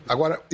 Agora